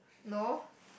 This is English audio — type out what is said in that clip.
no